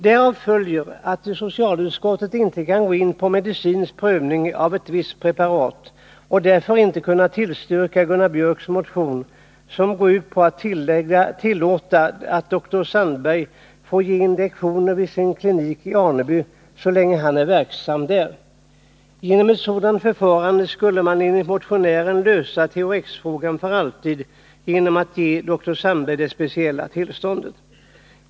Därav följer att socialutskottet inte kan gå in på en medicinsk bedömning av ett visst preparat och därför inte har kunnat tillstyrka Gunnar Biörcks i Värmdö motion, som går ut på att tillåta dr Sandberg att ge injektioner vid sin klinik i Aneby så länge han är verksam där. Genom ett sådant förfarande skulle man enligt motionären lösa THX-frågan för alltid, i och med att man ger dr Sandberg tillståndet.